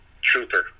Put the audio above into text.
Trooper